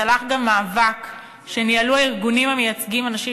צלח גם מאבק שניהלו הארגונים המייצגים אנשים